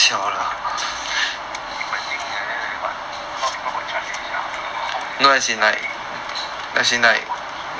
I don't know you might think like that but a lot of people got charged already sia I also don't know how for bringing camera phone in